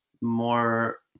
more